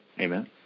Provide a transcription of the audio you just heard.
Amen